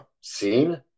scene